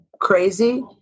crazy